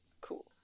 Cool